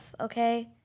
okay